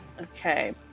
Okay